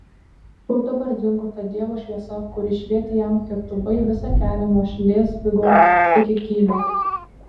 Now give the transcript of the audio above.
kur dabar dingo ta dievo šviesa kuri švietė jam ir tubai visą kelią nuo šlėzvigo iki kylio